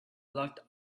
locked